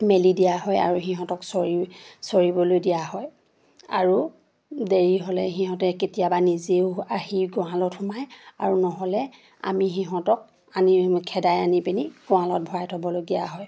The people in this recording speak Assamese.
মেলি দিয়া হয় আৰু সিহঁতক চৰি চৰিবলৈ দিয়া হয় আৰু দেৰি হ'লে সিহঁতে কেতিয়াবা নিজেও আহি গঁৰালত সোমায় আৰু নহ'লে আমি সিহঁতক আনি খেদাই আনি পিনি গঁৰালত ভৰাই থ'বলগীয়া হয়